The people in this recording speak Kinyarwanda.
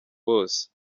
wose